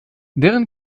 deren